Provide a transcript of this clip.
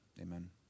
amen